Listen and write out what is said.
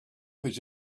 his